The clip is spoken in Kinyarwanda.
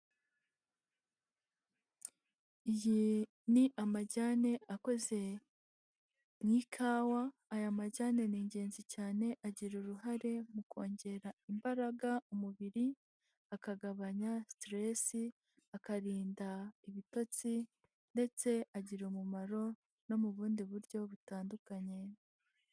Iyi ni amajyane akoze mu ikawa, aya majyane ni ingenzi cyane agira uruhare mu kongera imbaraga umubiri akagabanya siteresi, akarinda ibitotsi, ndetse agira umumaro no mu bundi buryo butandukanye.